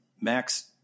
Max